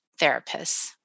therapists